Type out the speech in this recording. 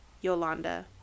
Yolanda